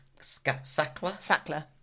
Sackler